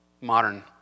modern